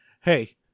hey